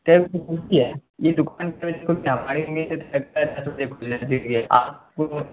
کتنے بجے کھلتی ہے یہ دکان کے بجے کھلتی ہے